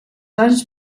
anys